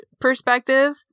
perspective